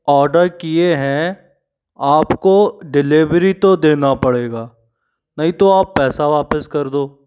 order किए हैं आप को डिलिवरी तो देना पड़ेगा नहीं तो आप पैसा वापस कर दो